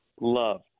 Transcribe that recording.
love